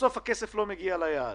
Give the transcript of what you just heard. בסוף הכסף לא מגיע ליעד.